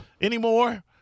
Anymore